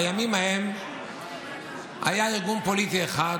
בימים ההם היה ארגון פוליטי אחד,